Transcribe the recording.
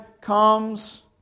comes